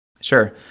Sure